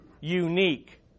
unique